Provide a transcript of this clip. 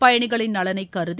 பயனிகளின் நலனை கருதி